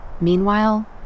Meanwhile